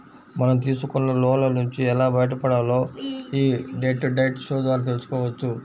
మనం తీసుకున్న లోన్ల నుంచి ఎలా బయటపడాలో యీ డెట్ డైట్ షో ద్వారా తెల్సుకోవచ్చు